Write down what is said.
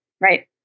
right